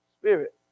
Spirit